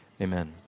Amen